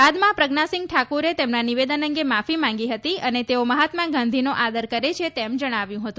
બાદમાં પ્રજ્ઞા સિંગ ઠા્કરે તેમના નિવેદન અંગે માફી માંગી હતી અને તેઓ મહાત્મા ગાંધીનો આદર કરે છે તેમ જણાવ્યું છે